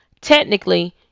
technically